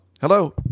Hello